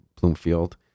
Bloomfield